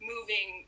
Moving